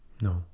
No